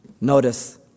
Notice